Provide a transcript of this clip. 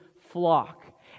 flock